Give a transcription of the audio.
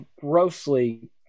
grossly